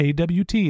AWT